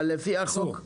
אבל לפי החוק --- אסור,